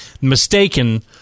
Mistaken